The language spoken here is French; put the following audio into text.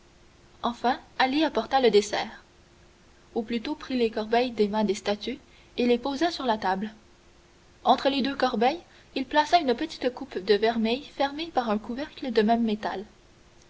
enfin ali apporta le dessert ou plutôt prit les corbeilles des mains des statues et les posa sur la table entre les deux corbeilles il plaça une petite coupe de vermeil fermée par un couvercle de même métal